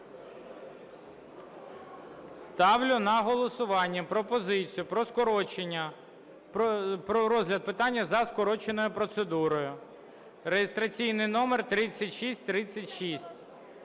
Ставлю на голосування пропозицію про розгляд питання за скороченою процедурою. Реєстраційний номер 3636.